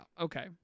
okay